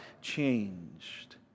changed